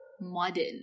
modern